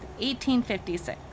1856